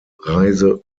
reise